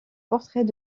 portraits